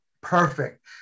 perfect